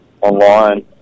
online